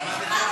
עדיין לא מאוחר